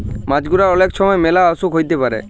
মাছ গুলার অলেক ছময় ম্যালা অসুখ হ্যইতে পারে